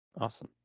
Awesome